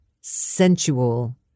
sensual